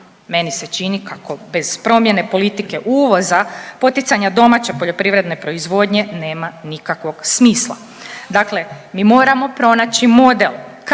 Meni se čini kako bez promjene politike uvoza, poticanja domaće poljoprivredne proizvodnje nema nikakvog smisla. Dakle, mi moramo pronaći model